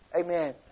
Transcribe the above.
Amen